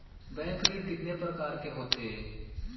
Bank ऋण कितने परकार के होथे ए?